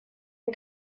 dem